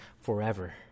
forever